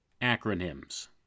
acronyms